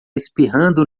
espirrando